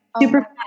Super